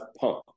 pump